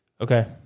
Okay